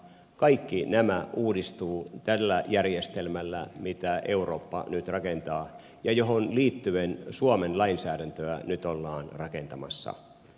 kaikki nämä uudistuvat tällä järjestelmällä mitä eurooppa nyt rakentaa ja johon liittyen suomen lainsäädäntöä nyt ollaan rakentamassa